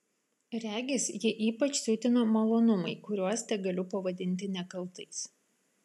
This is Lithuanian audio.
regis jį ypač siutina malonumai kuriuos tegaliu pavadinti nekaltais